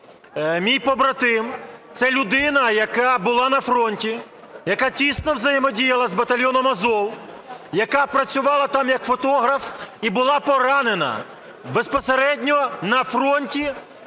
мій побратим. Це людина, яка була на фронті. Яка тісно взаємодіяла з батальйоном "Азов", яка працювала там як фотограф і була поранена безпосередньо на фронті